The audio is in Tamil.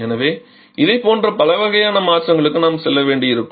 எனவே இதைப் போன்ற பல வகையான மாற்றங்களுக்கு நாம் செல்ல வேண்டியிருக்கும்